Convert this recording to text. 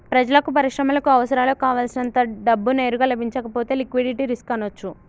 ప్రజలకు, పరిశ్రమలకు అవసరాలకు కావల్సినంత డబ్బు నేరుగా లభించకపోతే లిక్విడిటీ రిస్క్ అనొచ్చు